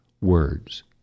words